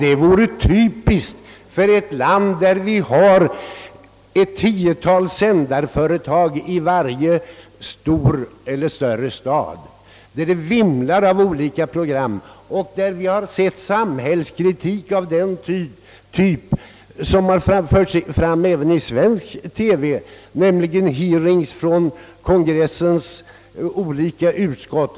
Detta skulle vara typiskt för ett land som har ett tiotal sändarkanaler i varje stor eller större stat och där det vimlar av olika program. Man förtiger i USA bl.a. samhällskritiska program av den typ som förts fram även i svensk TV, nämligen hearings från kongressens olika utskott.